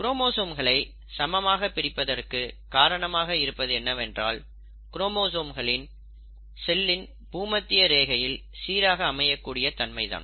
குரோமோசோம்களை சமமாக பிரிப்பதற்கு காரணமாக இருப்பது என்னவென்றால் குரோமோசோம்களின் செல்லின் பூமத்திய ரேகையில் சீராக அமைய கூடிய தன்மை தான்